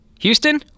Houston